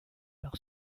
par